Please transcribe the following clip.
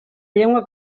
llengua